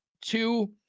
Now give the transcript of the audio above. two